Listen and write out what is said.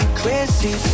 crazy